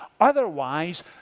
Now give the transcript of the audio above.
Otherwise